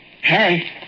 Harry